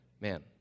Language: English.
man